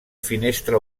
finestra